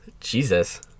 jesus